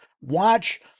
Watch